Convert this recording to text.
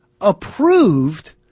approved